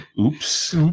Oops